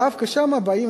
דווקא משם באים,